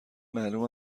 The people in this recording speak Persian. معلوم